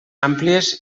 àmplies